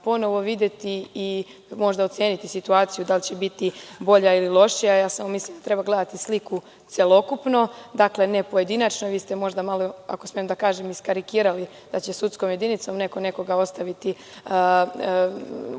ponovo videti i možda oceniti situaciju, da li će biti bolja ili lošija. Samo mislim da treba gledati sliku celokupno, ne pojedinačno. Vi ste možda malo, ako smem da kažem, iskarikirali da će sudskom jedinicom neko nekoga ostaviti u